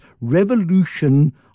revolution